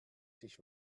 sich